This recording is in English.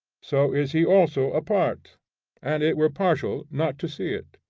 so is he also a part and it were partial not to see it.